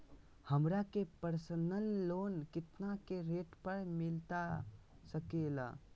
हमरा के personal loan कितना के रेट पर मिलता सके ला?